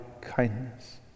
kindness